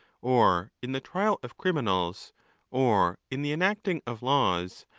or in the trial of criminals, or in the enacting of laws,